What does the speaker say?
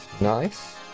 Nice